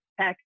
pack